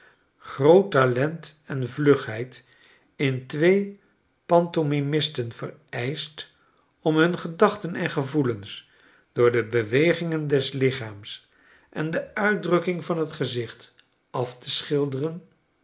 groot talent en vlugheid in twee pantomimisten vereischt om bun gedaohten en gevoelens door de bewegingen des lichaams en de uitdrukking va n t gezicht af te schilderen